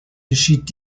geschieht